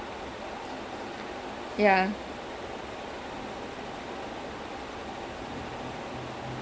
so basically right it's a okay it's a biography so இது வந்து:ithu vanthu there's this guy called gopinath